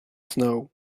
snow